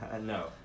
No